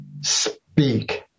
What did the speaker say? speak